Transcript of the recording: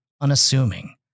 unassuming